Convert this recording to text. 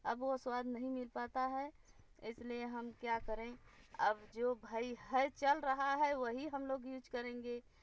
अब वो स्वाद नहीं मिल पाता है इसलिए हम क्या करें अब जो भई है चल रहा है वही हम लोग यूज करेंगे